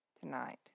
tonight